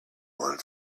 one